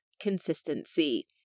consistency